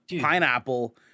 pineapple